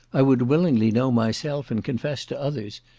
i would willingly know myself, and confess to others,